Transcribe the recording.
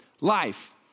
life